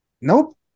nope